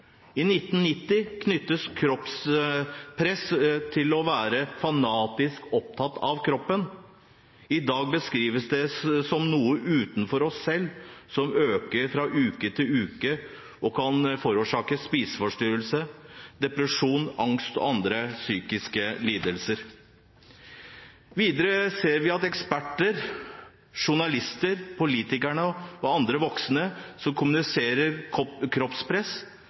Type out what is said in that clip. I 1990 knyttes kroppspress til å være fanatisk opptatt av kroppen. I dag beskrives det som noe utenfor oss selv, som øker fra uke til uke, og som kan forårsake spiseforstyrrelser, depresjon, angst og andre psykiske lidelser. Videre ser vi at eksperter, journalister, politikerne og andre voksne som kommuniserer kroppspress,